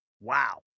Wow